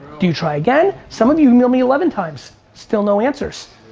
do you try again? some of you email me eleven times. still no answers.